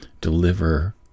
deliver